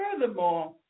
Furthermore